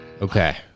Okay